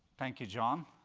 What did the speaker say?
thank you, john.